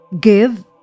Give